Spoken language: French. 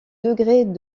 degrés